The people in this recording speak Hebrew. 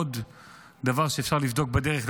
עוד דבר שאפשר לבדוק בדרך,